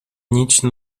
nici